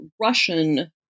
Russian